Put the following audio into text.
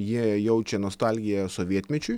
jie jaučia nostalgiją sovietmečiui